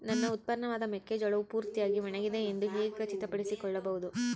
ನನ್ನ ಉತ್ಪನ್ನವಾದ ಮೆಕ್ಕೆಜೋಳವು ಪೂರ್ತಿಯಾಗಿ ಒಣಗಿದೆ ಎಂದು ಹೇಗೆ ಖಚಿತಪಡಿಸಿಕೊಳ್ಳಬಹುದು?